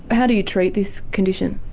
how do you treat this condition?